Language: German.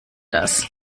das